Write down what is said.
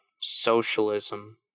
socialism